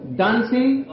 dancing